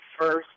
first